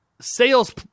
sales